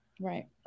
Right